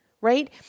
right